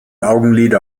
augenlider